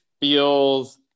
feels